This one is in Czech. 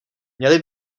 měli